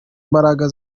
mbaraga